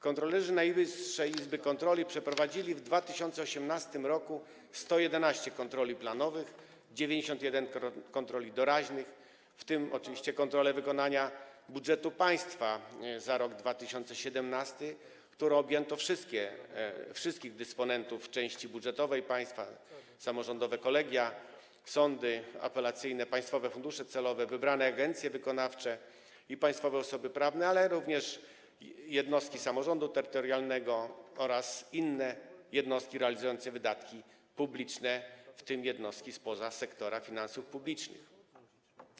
Kontrolerzy Najwyższej Izby Kontroli przeprowadzili w 2018 r. 111 kontroli planowych, 91 kontroli doraźnych, w tym oczywiście kontrole wykonania budżetu państwa za rok 2017, którą objęto wszystkich dysponentów w części budżetowej państwa: kolegia samorządowe, sądy apelacyjne, państwowe fundusze celowe, wybrane agencje wykonawcze i państwowe osoby prawne, a także jednostki samorządu terytorialnego oraz inne jednostki realizujące wydatki publiczne, w tym jednostki spoza sektora finansów publicznych.